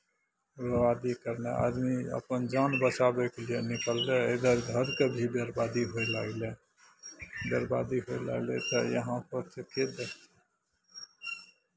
उग्रवादी करनाइ आदमी अपन जान बचाबयके लिए निकललै इधर घरके भी बर्बादी हुए लागलै बर्बादी हुअ लागलै तऽ यहाँपर तऽ के देखतै